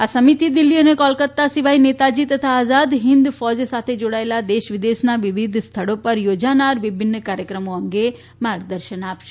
આ સમિતિ દિલ્ફી અને કોલકત્તા સિવાય નેતાજી તથા આઝાદ હિંદ ફોજ સાથે જોડાયેલા દેશ વિદેશના વિવિધ સ્થળો પર યોજાનાર વિભિન્ન કાર્યક્રમો અંગે માર્ગદર્શન આપશે